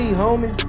homie